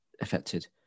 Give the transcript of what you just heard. affected